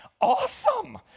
awesome